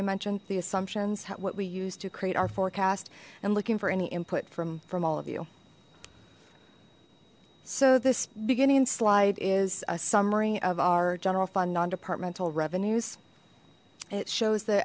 the assumptions what we use to create our forecast and looking for any input from from all of you so this beginning slide is marie of our general fund non departmental revenues it shows the